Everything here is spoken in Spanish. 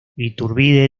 iturbide